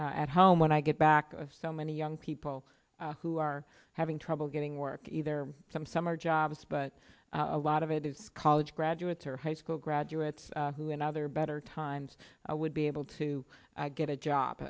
at home when i get back oh so many young people who are having trouble getting work either some summer jobs but a lot of it is college graduates or high school graduates who in other better times would be able to get a job